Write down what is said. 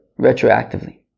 retroactively